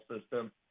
system